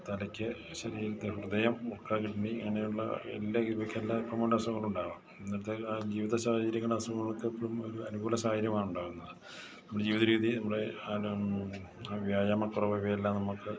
തലയ്ക്ക് ശരീരത്തെ ഹൃദയം വൃക്ക കിഡ്നി അങ്ങനെയുള്ള എല്ലാ ഇവയ്ക്കെല്ലാം അസുഖങ്ങളുണ്ടാവാം ഇന്നത്തെ ജീവിതസാഹചര്യങ്ങൾ അസുഖങ്ങൾക്കെപ്പോഴും ഒരു അനുകൂല സാഹചര്യമാണ് ഉണ്ടാകുന്നത് നമ്മുടെ ജീവിതരീതി നമ്മുടെ വ്യായാമക്കുറവ് ഇവയെല്ലാം നമുക്ക്